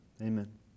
Amen